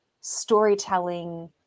storytelling